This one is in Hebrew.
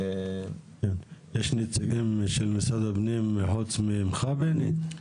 יש נציגים של משרד הפנים חוץ ממך, בני?